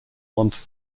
once